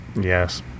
Yes